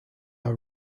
are